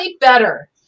better